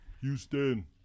Houston